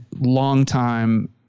longtime